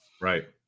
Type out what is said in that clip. Right